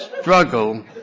struggle